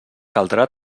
caldrà